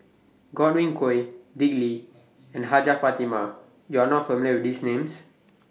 Godwin Koay Dick Lee and Hajjah Fatimah YOU Are not familiar with These Names